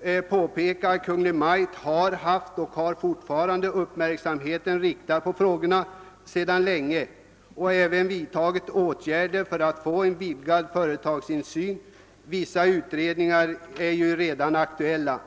i Lund peka på att Kungl. Maj:t sedan länge har haft och fortfarande har uppmärksamheten riktad mot dessa frågor och även har vidtagit åtgärder för att åstadkomma en vidgad företagsinsyn. Vissa utredningar är ju redan aktuella.